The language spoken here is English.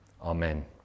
Amen